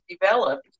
developed